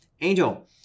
Angel